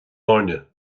airne